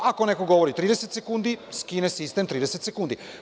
Ako neko govori 30 sekundi, skine sistem 30 sekundi.